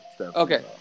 Okay